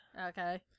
Okay